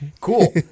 cool